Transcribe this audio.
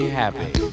happy